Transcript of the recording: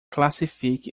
classifique